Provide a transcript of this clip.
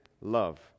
love